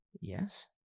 Yes